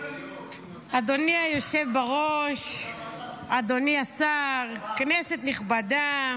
אדוני היושב-ראש, אדוני השר, כנסת נכבדה,